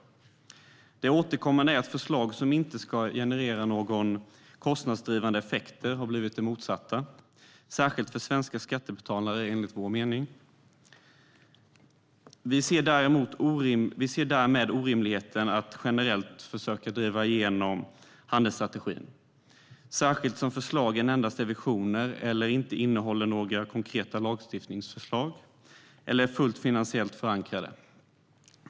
Det återkommande är att förslag som inte ska generera några kostnadsdrivande effekter har lett till det motsatta - särskilt för svenska skattebetalare, enligt vår mening. Vi ser därmed orimligheten i att generellt försöka driva igenom handelsstrategin, särskilt som förslagen endast är visioner, inte innehåller några konkreta lagstiftningsförslag eller inte är fullt finansiellt förankrade.